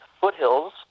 Foothills